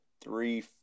three